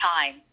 time